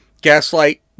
gaslight